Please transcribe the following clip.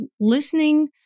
listening